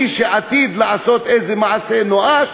מי שעתיד לעשות איזה מעשה נואש,